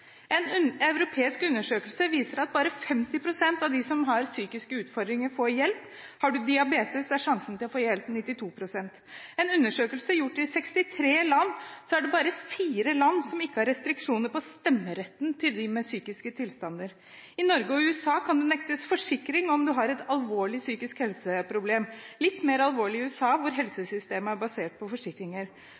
development». En europeisk undersøkelse viser at bare 50 pst. av dem som har psykiske utfordringer, får hjelp. Har man diabetes, er sjansen for å få hjelp 92 pst. I en undersøkelse gjort i 63 land, er det bare fire land som ikke har restriksjoner på stemmeretten til dem med psykiske tilstander. I Norge og USA kan man nektes forsikring om man har et alvorlig psykisk helseproblem. Det er litt mer alvorlig i USA, hvor helsesystemet er basert på forsikringer.